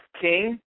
king